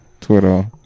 Twitter